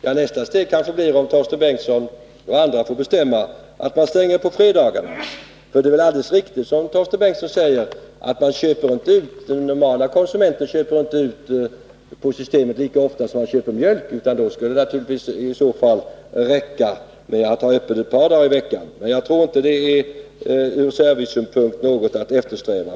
Ja, nästa steg blir kanske, om Torsten Bengtson och vissa andra får bestämma, att man stänger på fredagen, för det är väl alldeles riktigt som Torsten Bengtson säger, att den normala konsumenten inte köper ut varor på systemet lika ofta som han köper mjölk — och i så fall skulle det räcka att ha öppet ett par dagar i veckan. Jag tror inte att det ur servicesynpunkt är något att eftersträva.